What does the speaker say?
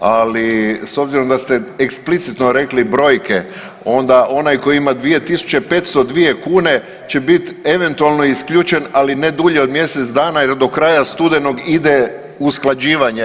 Ali s obzirom da ste eksplicitno rekli brojke onda onaj koji ima 2 tisuće 502 kune će biti eventualno isključen ali ne dulje od mjesec dana, jer do kraja studenog ide usklađivanje.